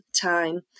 time